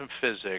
physics